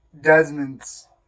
Desmond's